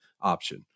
option